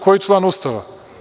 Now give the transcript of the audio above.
Koji član Ustava?